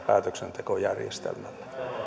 päätöksentekojärjestelmälle